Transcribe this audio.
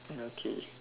okay